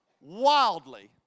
wildly